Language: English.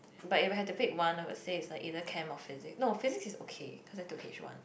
but if I had to pick one I would say is like either chem or physic no physic is okay because I took H one